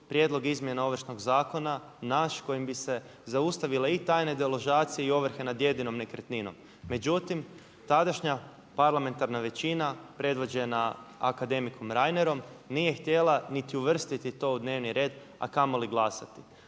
prijedlog izmjena Ovršnog zakona, naš, kojim bi se zaustavile i tajne deložacije i ovrhe nad jedinom nekretninom. Međutim, tadašnja parlamentarna većina predvođena akademikom Reinerom nije htjela niti uvrstiti to u dnevni red, a kamoli glasati.